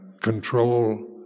control